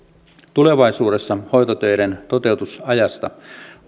tulevaisuudessa hoitotöiden toteutusajasta